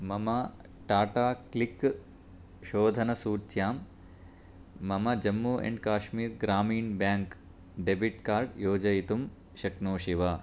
मम टाटा क्लिक् शोधनसूच्यां मम Jammu and Kashmir Grameen bank debit card योजयितुं शक्नोषि वा